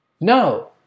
No